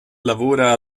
lavora